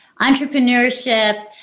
entrepreneurship